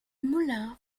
moulin